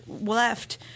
left